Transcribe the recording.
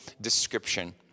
description